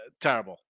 terrible